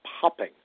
popping